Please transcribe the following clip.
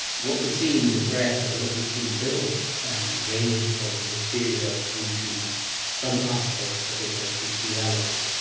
what we see in the press and what we see built ranges from hysteria through to some aspects of it are at least reality.